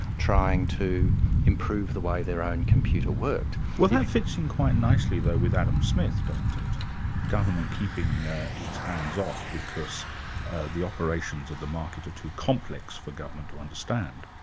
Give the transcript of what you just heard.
trying to improve the way their own computer worked. well that fits in quite nicely though with adam smith, doesn't it government keeping its hands off because the operations of the market are too complex for government to understand.